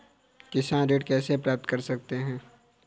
किसान ऋण कैसे प्राप्त कर सकते हैं?